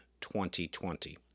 2020